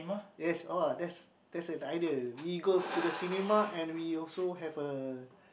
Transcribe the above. yes all that's that's an idea we go to the cinema and we also have a